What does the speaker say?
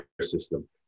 system